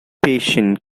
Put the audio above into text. patience